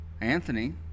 Anthony